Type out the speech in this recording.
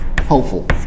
Hopeful